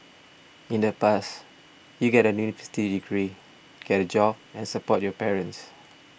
in the past you get a university degree get a job and support your parents